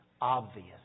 Obvious